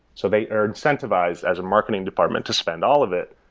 so they are incentivized as a marketing department to spend all of it,